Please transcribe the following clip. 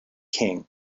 king